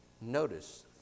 notice